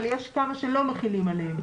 אבל כמה שלא מחילים עליהם.